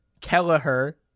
Kelleher